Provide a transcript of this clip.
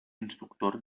instructor